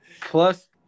Plus